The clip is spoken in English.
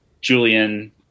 Julian